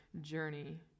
journey